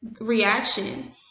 reaction